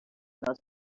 those